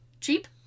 Cheap